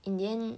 in the end